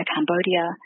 Cambodia